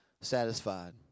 satisfied